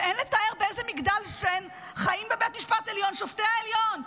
זה אין לתאר באיזה מגדל שן חיים בבית משפט עליון שופטי העליון,